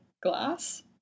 glass